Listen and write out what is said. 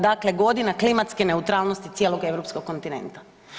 Dakle godina klimatske neutralnosti cijelog europskog kontinenta.